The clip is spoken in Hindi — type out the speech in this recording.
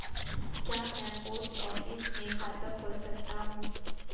क्या मैं पोस्ट ऑफिस में खाता खोल सकता हूँ?